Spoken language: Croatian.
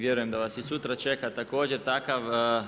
Vjerujem da vas i sutra čeka također takav.